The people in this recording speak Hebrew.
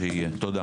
תודה.